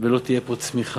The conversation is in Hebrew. ולא תהיה פה צמיחה,